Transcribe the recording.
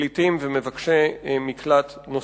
פליטים ומבקשי מקלט נוספים.